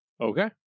Okay